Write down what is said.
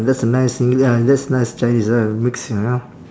that's a nice singl~ ya that's nice chinese ah mix you know